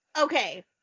okay